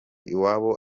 iwabo